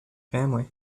family